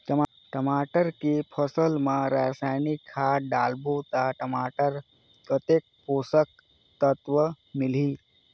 टमाटर के फसल मा रसायनिक खाद डालबो ता टमाटर कतेक पोषक तत्व मिलही?